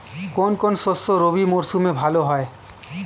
কোন কোন শস্য রবি মরশুমে ভালো হয়?